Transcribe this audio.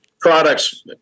Products